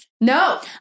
No